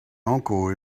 uncle